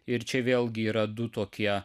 ir čia vėlgi yra du tokie